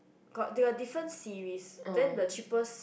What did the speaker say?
got they got different series then the cheapest